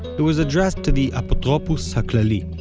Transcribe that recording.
it was addressed to the aputrupus ha'klali,